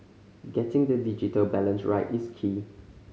getting the digital balance right is key